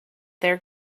their